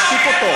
להשתיק אותו.